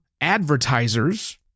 advertisers